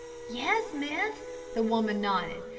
yes, miss, the woman nodded.